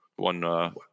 One